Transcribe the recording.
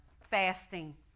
fasting